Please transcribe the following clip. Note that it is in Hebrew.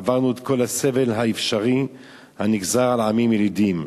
עברנו את כל הסבל האפשרי הנגזר על עמים ילידים.